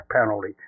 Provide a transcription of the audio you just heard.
penalty